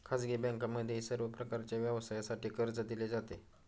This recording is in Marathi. खाजगी बँकांमध्येही सर्व प्रकारच्या व्यवसायासाठी कर्ज दिले जाते